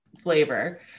Flavor